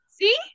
See